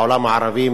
בעולם הערבי,